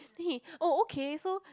then he oh okay so